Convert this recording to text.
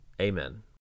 Amen